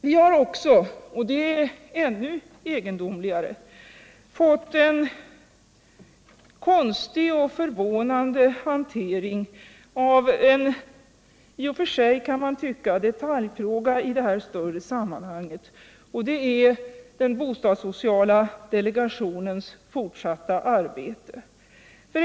Vi har också —- och det är ännu egendomligare — fått en konstig och förvånande hantering av frågan om bostadssociala delegationens fortsatta arbete.